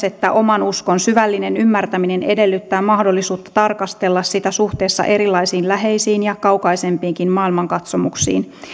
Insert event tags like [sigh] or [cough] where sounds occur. [unintelligible] että oman uskon syvällinen ymmärtäminen edellyttää mahdollisuutta tarkastella sitä suhteessa erilaisiin läheisiin ja kaukaisempiinkin maailmankatsomuksiin